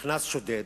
נכנס שודד.